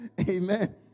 Amen